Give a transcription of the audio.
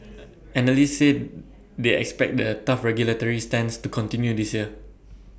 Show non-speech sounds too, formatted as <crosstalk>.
<noise> analysts say they expect the tough regulatory stance to continue this year